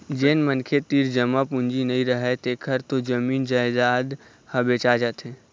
जेन मनखे तीर जमा पूंजी नइ रहय तेखर तो जमीन जयजाद ह बेचा जाथे